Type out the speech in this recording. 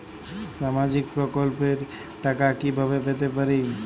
সামাজিক প্রকল্পের টাকা কিভাবে পেতে পারি?